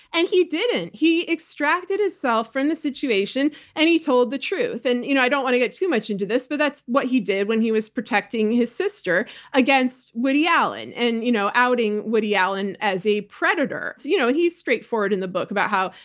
and he didn't. he extracted himself from the situation, and he told the truth. you know i don't want to get too much into this, but that's what he did when he was protecting his sister against woody allen and you know outing woody allen as a predator. you know and he's straightforward in the book about how,